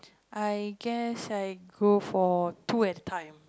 I guess I go for two at a time